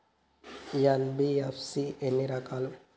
NBFC ఎన్ని రకాలు?